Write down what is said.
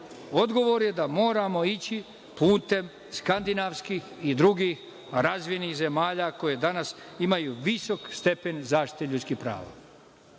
odgovor je da moramo ići putem skandinavskih i drugih razvojnih zemalja koje danas imaju visok stepen zaštite ljudskih prava.